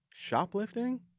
Shoplifting